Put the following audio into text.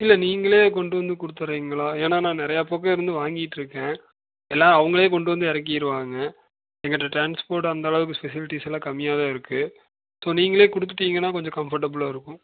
இல்லை நீங்களே கொண்டு வந்து கொடுத்துர்றீங்களா ஏன்னால் நான் நிறையா பக்கம் இருந்து வாங்கிகிட்டு இருக்கேன் எல்லா அவங்களே கொண்டு வந்து இறக்கிருவாங்க என் கிட்டே டிரான்ஸ்போர்ட் அந்தளவுக்கு ஃபெசிலிட்டிஸெல்லாம் கம்மியாகதான் இருக்குது இப்போது நீங்களே கொடுத்துட்டீங்கனா கொஞ்சம் கம்ஃபர்ட்டபிளாக இருக்கும்